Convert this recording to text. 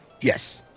Yes